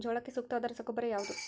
ಜೋಳಕ್ಕೆ ಸೂಕ್ತವಾದ ರಸಗೊಬ್ಬರ ಯಾವುದು?